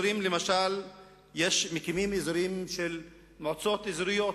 מקימים מועצות אזוריות